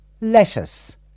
lettuce